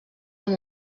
amb